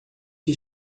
que